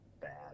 bad